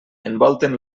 envolten